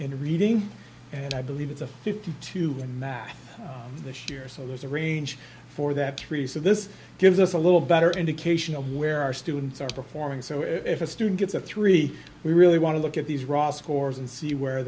in reading and i believe it's a fifty two and that this year so there's a range for that three so this gives us a little better indication of where our students are performing so if a student gets a three we really want to look at these raw scores and see where